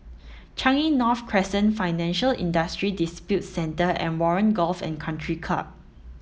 Changi North Crescent Financial Industry Disputes Center and Warren Golf and Country Club